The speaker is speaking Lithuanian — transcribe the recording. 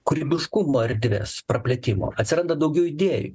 kūrybiškumo erdvės praplėtimo atsiranda daugiau idėjų